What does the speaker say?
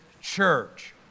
church